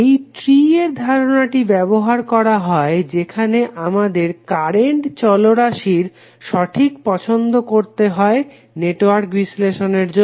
এই ট্রি এর ধারণাটি ব্যবহার করা হয় যেখানে আমাদের কারেন্ট চলরাশির সঠিক পছন্দ করতে হয় নেটওয়ার্ক বিশ্লেষণের জন্য